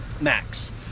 max